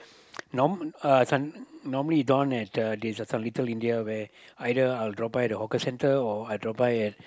norm~ uh this one normally this one there's a Little-India where either I drop by the hawker centre or I drop by a